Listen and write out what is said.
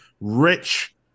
rich